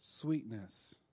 sweetness